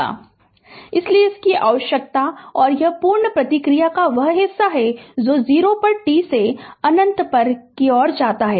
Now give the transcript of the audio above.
Refer Slide Time 1416 इसलिए इसकी आवश्यकता है और यह पूर्ण प्रतिक्रिया का वह हिस्सा है जो 0 पर t से ∞ पर की ओर जाता है